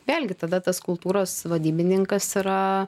vėlgi tada tas kultūros vadybininkas yra